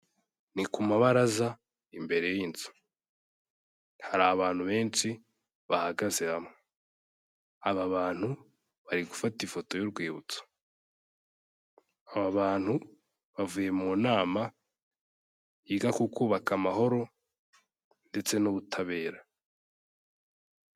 Ni ku mabaraza imbere y'inzu, hari abantu benshi bahagaze hamwe, aba bantu bari gufata ifoto y'urwibutso, aba bantu bavuye mu nama yiga ku kubaka amahoro ndetse n'ubutabera.